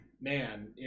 Man